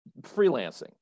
freelancing